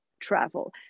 travel